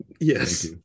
Yes